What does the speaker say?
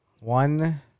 One